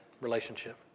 relationship